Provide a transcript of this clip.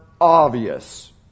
obvious